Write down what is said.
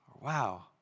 Wow